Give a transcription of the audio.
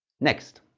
next